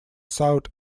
south